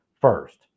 first